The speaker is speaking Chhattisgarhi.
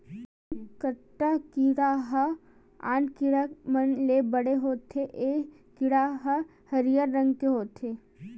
कनकट्टा कीरा ह आन कीरा मन ले बड़े होथे ए कीरा ह हरियर रंग के होथे